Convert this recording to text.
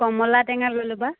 কমল টেঙা লৈ ল'বা